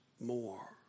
more